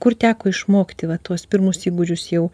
kur teko išmokti va tuos pirmus įgūdžius jau